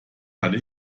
hatte